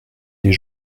des